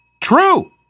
True